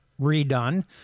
redone